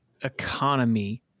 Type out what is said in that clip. economy